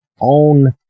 own